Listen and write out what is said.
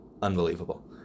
Unbelievable